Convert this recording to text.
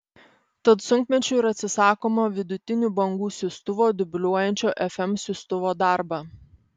tad sunkmečiu ir atsisakoma vidutinių bangų siųstuvo dubliuojančio fm siųstuvo darbą